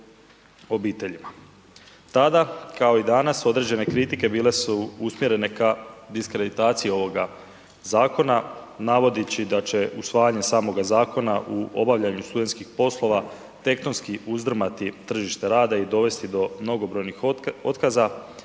Tada kao i danas određene kritike bile su usmjerene k diskreditaciji ovoga zakona navodeći da će usvajanjem samoga zakona u obavljanju studentskih poslova tektonski uzdrmati tržište rada i dovesti do mnogobrojnih otkaza,